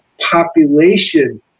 population